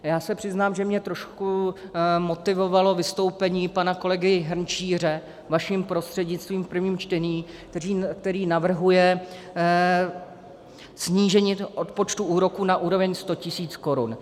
Já se přiznám, že mě trošku motivovalo vystoupení pana kolegy Hrnčíře, vaším prostřednictvím, v prvním čtení, který navrhuje snížení odpočtu úroků na úroveň 100 tisíc korun.